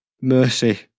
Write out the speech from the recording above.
mercy